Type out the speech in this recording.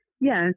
Yes